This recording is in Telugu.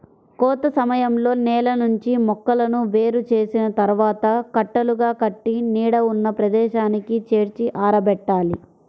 కోత సమయంలో నేల నుంచి మొక్కలను వేరు చేసిన తర్వాత కట్టలుగా కట్టి నీడ ఉన్న ప్రదేశానికి చేర్చి ఆరబెట్టాలి